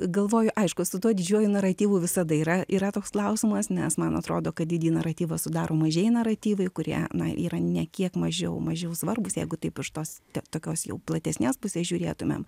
galvoju aišku su tuo didžiuoju naratyvu visada yra yra toks klausimas nes man atrodo kad didįjį naratyvą sudaro mažieji naratyvai kurie na yra ne kiek mažiau mažiau svarbūs jeigu taip iš tos tokios jau platesnės pusės žiūrėtumėm